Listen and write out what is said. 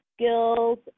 skills